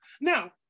Now